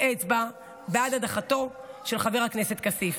אצבע בעד הדחתו של חבר הכנסת כסיף.